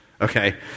okay